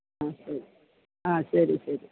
ആ ശരി ആ ശരി ശരി